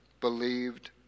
believed